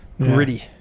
gritty